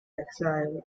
exile